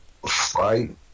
Fight